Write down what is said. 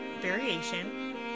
variation